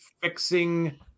fixing